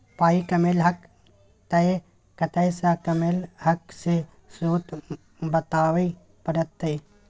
पाइ कमेलहक तए कतय सँ कमेलहक से स्रोत बताबै परतह